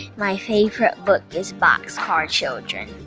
my favorite book is boxcar children.